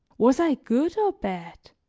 was i good or bad?